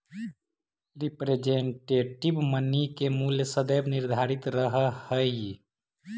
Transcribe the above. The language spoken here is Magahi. रिप्रेजेंटेटिव मनी के मूल्य सदैव निर्धारित रहऽ हई